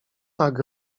tak